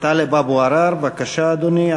טלב אבו עראר, בבקשה, אדוני.